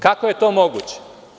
Kako je to moguće?